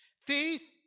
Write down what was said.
Faith